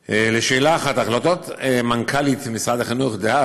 1. החלטות מנכ"לית משרד החינוך דאז,